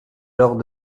lors